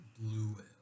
blue